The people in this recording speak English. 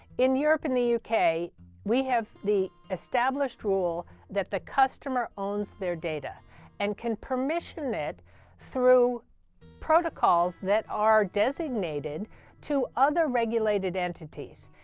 in europe and the uk, we have the established rule that the customer owns their data and can permission it through protocols that are designated to other regulated entities.